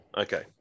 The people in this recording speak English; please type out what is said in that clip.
Okay